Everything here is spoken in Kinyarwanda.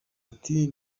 ati